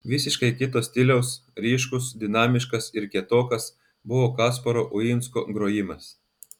visiškai kito stiliaus ryškus dinamiškas ir kietokas buvo kasparo uinsko grojimas